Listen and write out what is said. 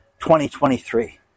2023